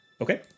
Okay